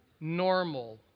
normal